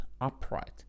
upright